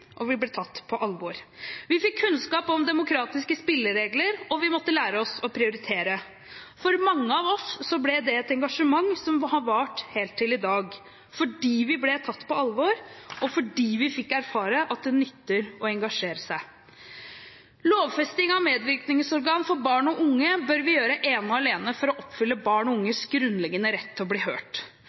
og vi ble tatt på alvor. Vi fikk kunnskap om demokratiske spilleregler, og vi måtte lære oss å prioritere. For mange av oss ble det et engasjement som har vart helt til i dag, fordi vi ble tatt på alvor, og fordi vi fikk erfare at det nytter å engasjere seg. Lovfesting av medvirkningsorgan for barn og unge bør vi gjøre ene og alene for å oppfylle barn og unges grunnleggende rett å bli hørt.